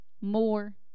more